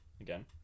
Again